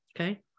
okay